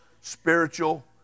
spiritual